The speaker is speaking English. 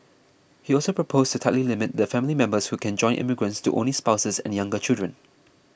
he also proposed to tightly limit the family members who can join immigrants to only spouses and younger children